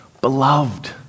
Beloved